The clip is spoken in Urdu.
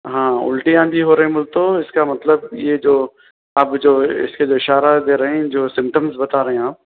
ہاں الٹیاں بھی ہو رہی ہیں بولے تو اس کا مطلب یہ جو اب جو اس کے جو اشارا دے رہے ہیں جو سمٹمس بتا رہے ہیں آپ